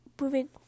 moving